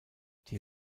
die